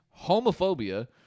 homophobia